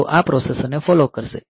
તેઓ આ પ્રોસેસરને ફોલો કરશે